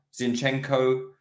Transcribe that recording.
Zinchenko